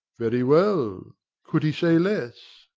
very well could he say less?